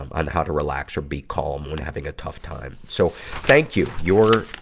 on how to relax or be calm when having a tough time. so, thank you. you're,